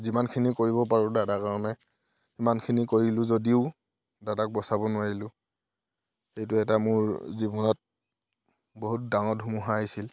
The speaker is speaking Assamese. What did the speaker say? যিমানখিনি কৰিব পাৰোঁ দাদাৰ কাৰণে সিমানখিনি কৰিলোঁ যদিও দাদাক বচাব নোৱাৰিলোঁ সেইটো এটা মোৰ জীৱনত বহুত ডাঙৰ ধুমুহা আহিছিল